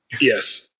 Yes